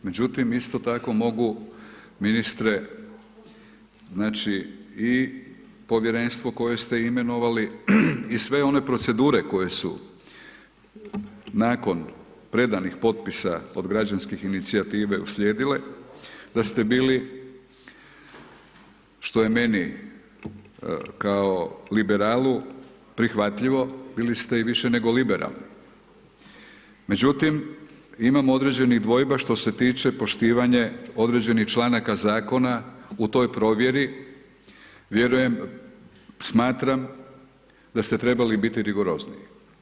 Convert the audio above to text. Međutim isto tako mogu ministre znači i povjerenstvo koje ste imenovali i sve one procedure koje su nakon predanih potpisa od građanskih inicijativa uslijedile da ste bili što je meni kao liberalu prihvatljivo, bili ste i više nego liberalni, međutim imam određenih dvojba što se tiče poštivanje određenih članaka zakona u toj provjeri, vjerujem, smatram da ste trebali biti rigorozniji.